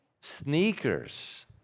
sneakers